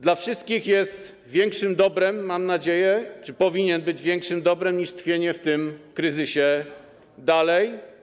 Dla wszystkich jest większym dobrem, mam nadzieję, czy powinna być większym dobrem niż tkwienie w tym kryzysie dalej.